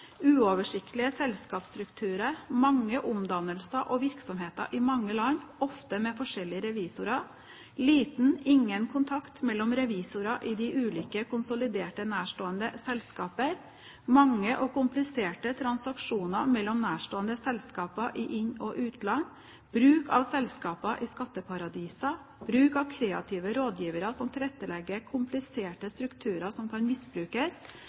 uoversiktlige selskapsstrukturer, mange omdannelser og virksomheter i mange land, ofte med forskjellige revisorer liten eller ingen kontakt mellom revisorer i de ikke-konsoliderte nærstående selskaper mange og kompliserte transaksjoner mellom nærstående selskaper i inn- og utland bruk av selskaper i skatteparadiser bruk av kreative rådgivere som tilrettelegger kompliserte strukturer som kan misbrukes